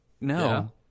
No